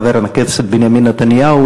חבר הכנסת בנימין נתניהו,